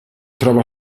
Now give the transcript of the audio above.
trova